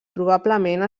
probablement